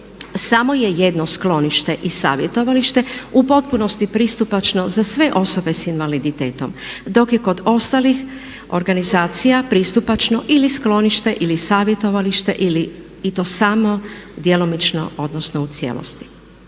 samo je jedno sklonište i savjetovalište u potpunosti pristupačno za sve osobe sa invaliditetom, dok je kod ostalih organizacija pristupačno ili sklonište ili savjetovalište ili samo djelomično odnosno u cijelosti.